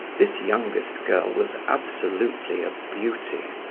this youngest girl was absolutely a beauty,